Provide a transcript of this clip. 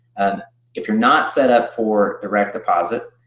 and if you're not set up for direct deposit,